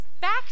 back